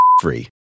free